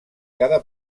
cada